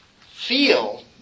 feel